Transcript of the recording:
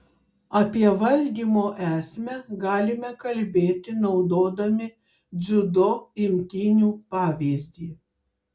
apie valdymo esmę galime kalbėti naudodami dziudo imtynių pavyzdį